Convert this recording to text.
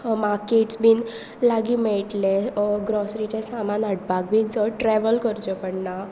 markets बीन लागीं मेळटले ग्रोसरीचें सामान हाडपाक बीन चड ट्रॅवल करचें पडना